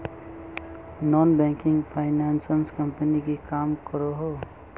Non banking finance company की काम करोहो?